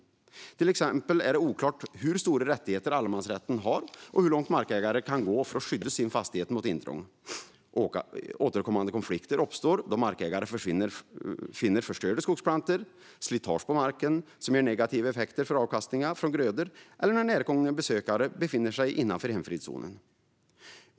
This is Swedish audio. Till exempel är det oklart hur stora rättigheter allmänheten har och hur långt markägare får gå för att skydda sin fastighet mot intrång. Återkommande konflikter uppstår då markägare finner förstörda skogsplantor eller slitage på marken som ger negativa effekter för avkastningen från grödor eller då närgångna besökare befinner sig innanför hemfridszonen.